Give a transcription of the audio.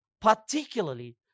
particularly